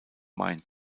main